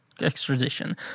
extradition